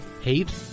hate